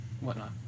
whatnot